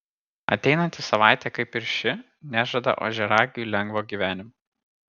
ateinanti savaitė kaip ir ši nežada ožiaragiui lengvo gyvenimo